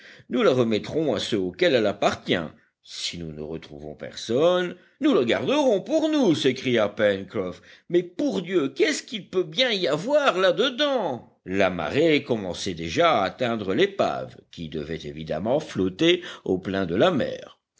nous la remettrons à ceux auxquels elle appartient si nous ne retrouvons personne nous la garderons pour nous s'écria pencroff mais pour dieu qu'est-ce qu'il peut bien y avoir là dedans la marée commençait déjà à atteindre l'épave qui devait évidemment flotter au plein de la mer